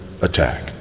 attack